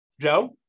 Joe